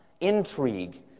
Intrigue